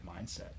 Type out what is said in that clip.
mindset